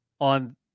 on